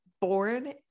born